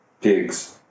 pigs